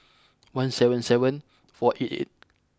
one seven seven four eight eight